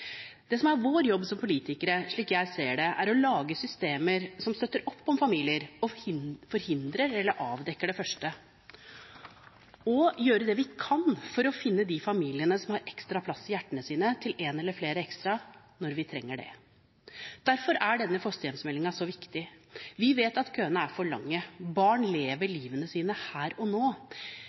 Det som er vår jobb som politikere – slik jeg ser det – er å lage systemer som støtter opp om familier og forhindrer eller avdekker det første jeg nevnte, og gjøre det vi kan for å finne de familiene som har ekstra plass i hjertene sine til en eller flere ekstra når vi trenger det. Derfor er denne fosterhjemsmeldingen så viktig. Vi vet at køene er for lange. Barn lever livet sitt her og nå,